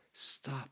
Stop